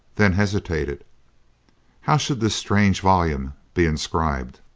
then hesitated how should this strange volume be inscribed?